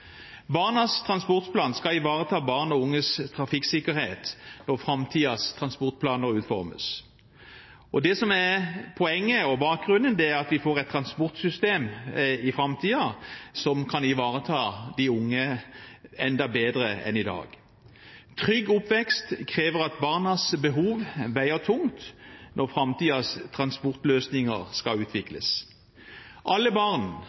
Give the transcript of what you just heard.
Barnas transportplan skal ivareta barn og unges trafikksikkerhet når framtidens transportplaner utformes. Det som er poenget og bakgrunnen, er at vi får et transportsystem i framtiden som kan ivareta de unge enda bedre enn i dag. Trygg oppvekst krever at barnas behov veier tungt når framtidens transportløsninger skal utvikles. Alle barn